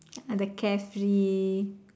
ah the carefree